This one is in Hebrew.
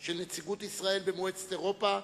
של נציגות ישראל במועצת אירופה,